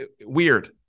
weird